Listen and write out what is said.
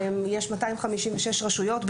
יש 256 רשויות,